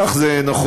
כך זה נכון.